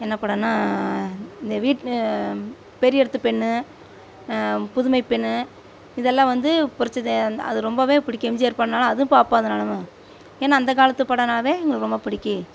என்ன படம்னால் இந்த வீட்டு பெரிய இடத்து பெண் புதுமைப்பெண் இது எல்லாம் வந்து புரட்சி த அது ரொம்பவே பிடிக்கும் எம்ஜிஆர் பாடுனாலும் அதுவும் பார்ப்போம் அதுனாலும்மு ஏனால் அந்த காலத்து படம்னாலே எங்களுக்கு ரொம்பவே பிடிக்கி